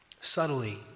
subtly